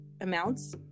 amounts